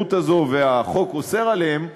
האפשרות הזאת, והחוק אוסר עליהם זאת,